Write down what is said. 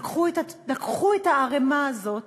לקחו את הערמה הזאת